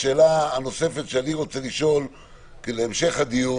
השאלה הנוספת שאני רוצה לשאול להמשך הדיון